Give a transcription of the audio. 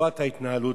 הציבור הערבי,